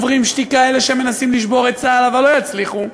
אלה שמנסים לשבור את צה"ל אבל לא יצליחו,